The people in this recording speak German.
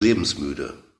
lebensmüde